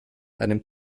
einem